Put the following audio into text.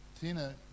Tina